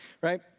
right